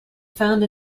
found